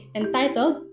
entitled